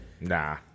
Nah